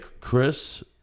Chris